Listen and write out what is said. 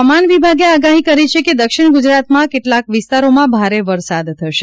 હવામાન વિભાગે આગાહી કરી છે કે દક્ષિણ ગુજરાતમાં કેટલાક વિસ્તારોમાં ભારે વરસાદ થશે